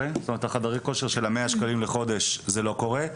חדרי הכושר של ה-100 שקלים חודש, זה לא קורה.